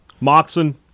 Moxon